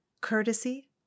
courtesy